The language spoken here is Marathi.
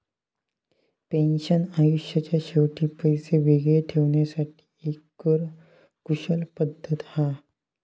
पेन्शन आयुष्याच्या शेवटी पैशे वेगळे ठेवण्यासाठी एक कर कुशल पद्धत हा